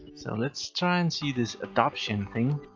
so let's try and see this adoption thing.